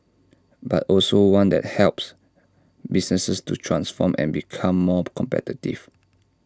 but also one that helps businesses to transform and become more competitive